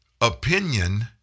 opinion